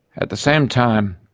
at the same time,